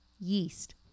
Yeast